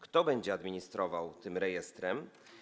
Kto będzie administrował tym rejestrem?